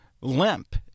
limp